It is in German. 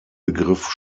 begriff